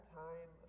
time